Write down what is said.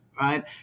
Right